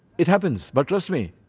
it happens. but trust me.